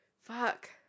fuck